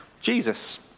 Jesus